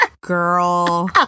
Girl